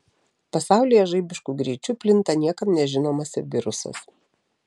pasaulyje žaibišku greičiu plinta niekam nežinomas virusas